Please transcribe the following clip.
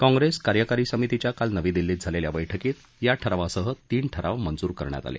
काँप्रेस कार्यकारी समितीच्या काल नवी दिल्लीत झालेल्या बैठकीत या ठरावासह तीन ठराव मंजूर करण्यात आले